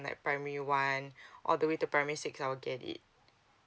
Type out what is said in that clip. primary one all the way to primary six I will get it